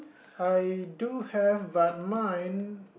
I do have but mine